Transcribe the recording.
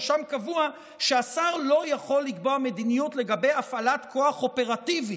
ששם קבוע שהשר לא יכול לקבוע מדיניות לגבי הפעלת כוח אופרטיבית,